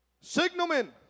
signalman